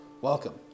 Welcome